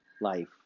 life